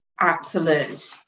absolute